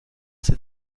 ses